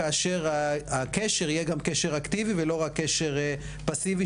כאשר הקשר יהיה גם קשר אקטיבי ולא רק קשר פאסיבי